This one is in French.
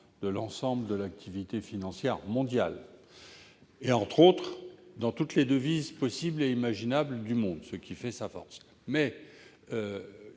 de l'ensemble de l'activité financière mondiale, et ce dans toutes les devises possibles et imaginables, ce qui fait sa force.